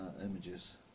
images